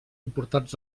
importants